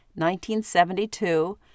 1972